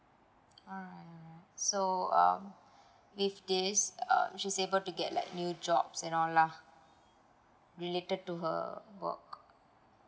uh so um with this uh she's able to get like new jobs and all lah related to her work